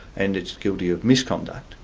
and is guilty of misconduct.